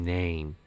name